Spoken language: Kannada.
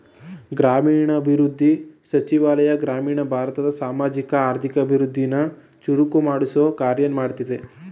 ಗ್ರಾಮೀಣಾಭಿವೃದ್ಧಿ ಸಚಿವಾಲಯ ಗ್ರಾಮೀಣ ಭಾರತದ ಸಾಮಾಜಿಕ ಆರ್ಥಿಕ ಅಭಿವೃದ್ಧಿನ ಚುರುಕುಗೊಳಿಸೊ ಕಾರ್ಯ ಮಾಡ್ತದೆ